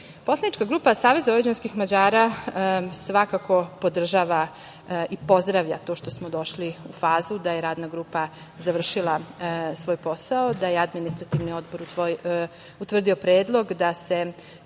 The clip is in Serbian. dokument. Poslanička grupa Savez vojvođanskih Mađara svakako podržava i pozdravlja to što smo došli u fazu da je radna grupa završila svoj posao, da je Administrativni odbor utvrdio Predlog da se